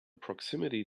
proximity